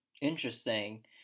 Interesting